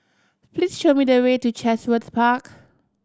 please show me the way to Chatsworth Park